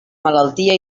malaltia